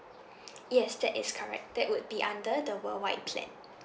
yes that is correct that would be under the worldwide plan